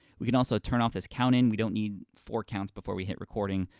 we can also turn off this count-in, we don't need four counts before we hit recording,